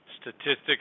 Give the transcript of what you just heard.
statistics